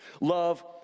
Love